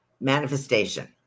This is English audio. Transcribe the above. Manifestation